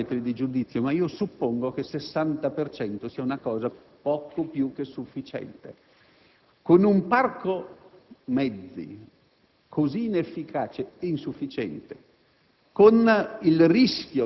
Non conosciamo i parametri di giudizio ma suppongo che il 60 per cento sia un livello poco più che sufficiente. Con un parco mezzi così inefficace e insufficiente,